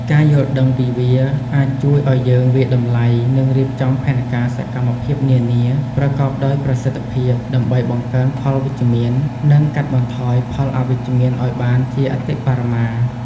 ការយល់ដឹងពីវា អាចជួយឱ្យយើងវាយតម្លៃ និងរៀបចំផែនការសកម្មភាពនានាប្រកបដោយប្រសិទ្ធភាព ដើម្បីបង្កើនផលវិជ្ជមាន និងកាត់បន្ថយផលអវិជ្ជមានឱ្យបានជាអតិបរមា។